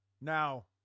Now